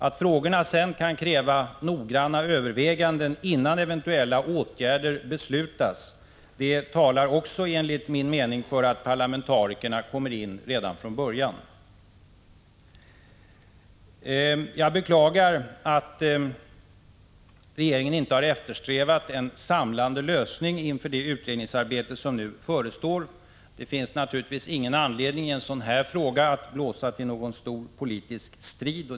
Att frågorna sedan kan kräva noggranna överväganden innan eventuella åtgärder beslutas talar också enligt min mening för att parlamentarikerna kommer in redan från början. Jag beklagar att regeringen inte har eftersträvat en samlande lösning inför det utredningsarbete som nu förestår. Det finns naturligtvis inte någon anledning att i en sådan här fråga blåsa till någon stor politisk strid.